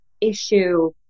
issue